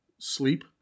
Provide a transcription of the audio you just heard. sleep